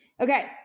Okay